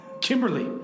Kimberly